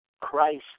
Christ